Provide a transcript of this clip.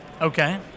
Okay